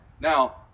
now